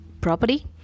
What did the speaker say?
property